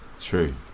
True